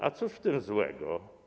A cóż w tym złego?